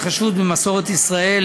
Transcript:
התחשבות במסורת ישראל),